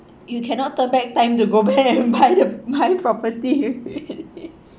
you cannot turn back time to go back and buy buy property